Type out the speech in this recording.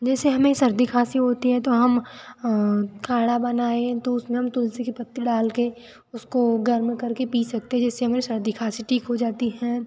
जैसे हमें सर्दी खासी होती हैं तो हम काढ़ा बनाएं तो उसमें हम तुलसी कि पत्ते डाल के उसको गर्म करके पी सकते जिससे हमारी सर्दी खासी ठीक हो जाती है